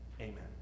Amen